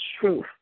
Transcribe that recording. truth